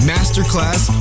Masterclass